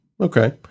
Okay